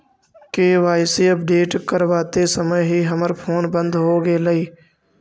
KYC update करवाते समय ही हमर फोन बंद हो गेलई